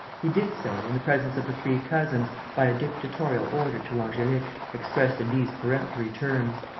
he did so, in the presence of the three cousins, by a dictatorial order to angelique, expressed in these peremptory terms